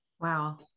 Wow